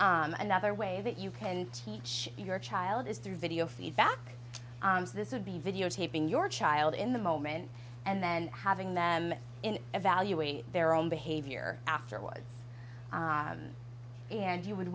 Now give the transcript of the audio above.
time another way that you can teach your child is through video feedback as this would be videotaping your child in the moment and then having them in evaluate their own behavior afterwards and you would